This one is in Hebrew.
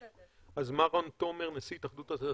אז מר רון תומר, נשיא התאחדות התעשיינים,